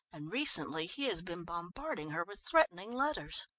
and recently he has been bombarding her with threatening letters.